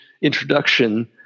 introduction